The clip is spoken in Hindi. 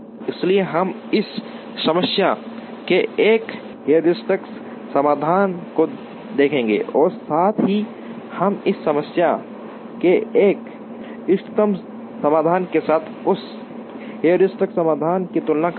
इसलिए हम इस समस्या के एक हेयुरिस्टिक समाधान को देखेंगे और साथ ही हम इस समस्या के एक इष्टतम समाधान के साथ उस हेयुरिस्टिक समाधान की तुलना करेंगे